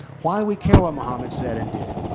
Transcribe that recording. why do we care what mohammed said and did?